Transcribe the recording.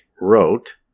wrote